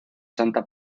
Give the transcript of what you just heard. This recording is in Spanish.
santa